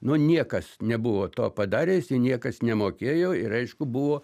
nu niekas nebuvo to padaręs ir niekas nemokėjo ir aišku buvo